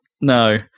No